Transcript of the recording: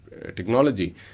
technology